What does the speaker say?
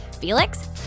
Felix